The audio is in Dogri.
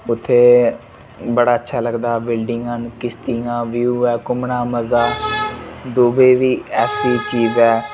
उत्थें बड़ा अच्छा लगदा बिल्डिंगां ना किश्तियां व्यू ऐ घूमने मज़ा दुबई बी ऐसी चीज़ ऐ